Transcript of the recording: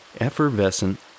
effervescent